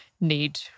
need